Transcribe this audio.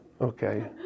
Okay